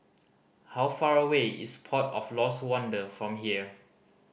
how far away is Port of Lost Wonder from here